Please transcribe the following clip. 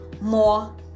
more